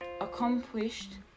accomplished